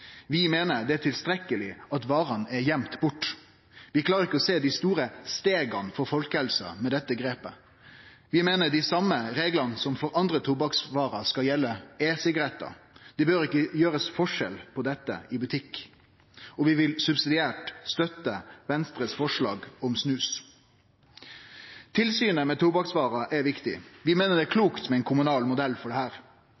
vi meiner det er tilstrekkeleg at varene er gøymde bort. Vi klarer ikkje å sjå dei store stega for folkehelsa med dette grepet. Vi meiner dei same reglane skal gjelde for e-sigarettar som for andre tobakksvarer. Det bør ikkje gjerast forskjell på dette i butikk, og vi vil subsidiært støtte Venstres forslag om snus. Tilsynet med tobakksvarer er viktig. Vi meiner det er